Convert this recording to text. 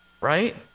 right